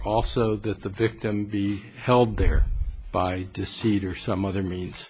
also that the victim be held there by deceit or some other means